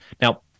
Now